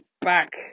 back